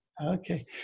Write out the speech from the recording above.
Okay